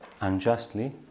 unjustly